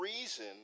reason